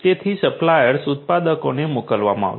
તેથી સપ્લાયર્સ ઉત્પાદકોને મોકલવામાં આવશે